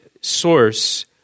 source